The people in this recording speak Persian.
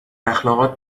اخلاقات